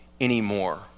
anymore